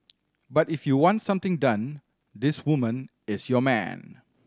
but if you want something done this woman is your man